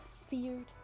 feared